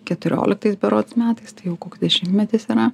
keturioliktais berods metais tai jau koks dešimtmetis yra